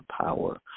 power